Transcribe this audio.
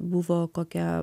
buvo kokia